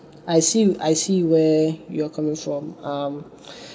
I see I see where you're coming from um